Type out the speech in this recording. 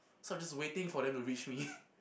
so I'm just waiting for them to reach me